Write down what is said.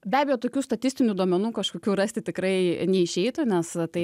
be abejo tokių statistinių duomenų kažkokių rasti tikrai neišeitų nes tai